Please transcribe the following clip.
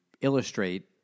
illustrate